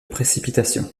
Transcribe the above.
précipitations